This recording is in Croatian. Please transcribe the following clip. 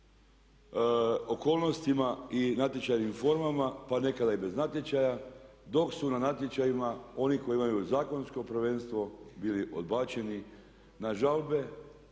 okolnostima i natječajnim formama pa nekada i bez natječaja dok su na natječajima oni koji imaju zakonsko prvenstvo bili odbačeni. Na žalbe,